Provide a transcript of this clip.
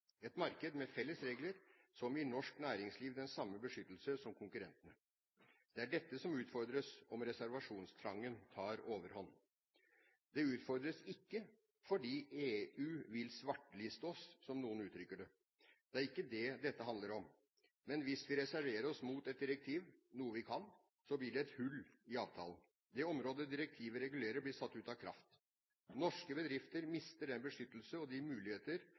et marked med felles regler som gir norsk næringsliv den samme beskyttelse som konkurrentene. Det er dette som utfordres om reservasjonstrangen tar overhånd. Det utfordres ikke fordi EU vil «svarteliste» oss, som noen uttrykker det. Det er ikke det dette handler om. Men hvis vi reserverer oss mot et direktiv – noe vi kan – blir det er hull i avtalen. Det området direktivet regulerer, blir satt ut av kraft. Norske bedrifter mister den beskyttelse og de muligheter